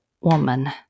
woman